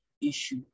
issue